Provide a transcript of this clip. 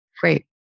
Great